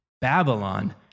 Babylon